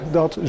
dat